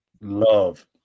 love